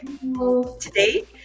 today